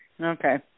Okay